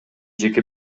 жеке